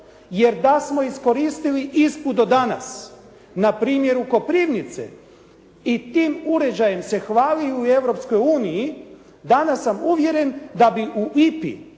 jer da smo iskoristili ISPA-u do danas na primjeru Koprivnice i tim uređajem se hvali i u Europskoj uniji danas sam uvjeren da bi u IPA-i